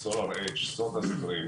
סודה סטרים,